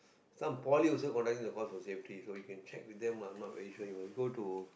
some poly also conducting the course for safety so you can check with them lah I not very sure you must go to